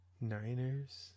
Niners